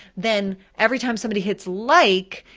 then every time somebody hits like,